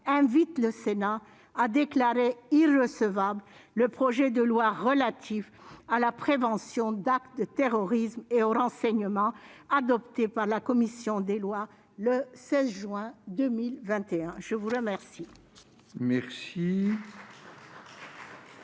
invite le Sénat à déclarer irrecevable le projet de loi relatif à la prévention d'actes de terrorisme et au renseignement, adopté par la commission des lois le 16 juin 2021. Personne ne